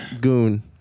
Goon